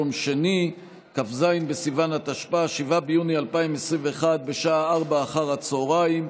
התקבלה בקריאה הטרומית,